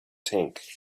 tank